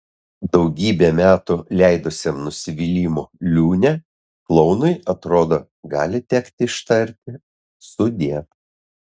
daugybę metų leidusiam nusivylimų liūne klounui atrodo gali tekti ištarti sudie